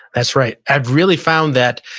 that's right. i've really found that,